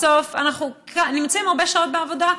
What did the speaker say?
בסוף אנחנו נמצאים הרבה שעות בעבודה,